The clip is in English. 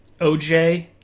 OJ